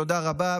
תודה רבה,